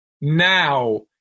now